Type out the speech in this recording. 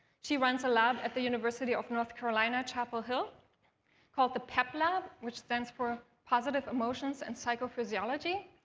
she runs a lab at the university of north carolina, chapel hill called the peplab, which stands for positive emotions and psychophysiology.